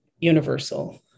universal